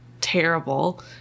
terrible